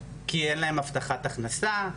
כי אין להן הבטחת הכנסה,